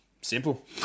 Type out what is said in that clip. simple